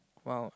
!wow!